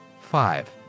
Five